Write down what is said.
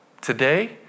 Today